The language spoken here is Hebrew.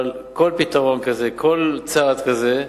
אבל כל פתרון כזה, כל צעד כזה,